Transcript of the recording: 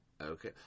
okay